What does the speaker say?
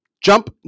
jump